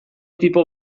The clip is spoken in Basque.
tipo